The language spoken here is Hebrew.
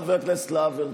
חבר כנסת להב הרצנו.